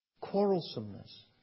quarrelsomeness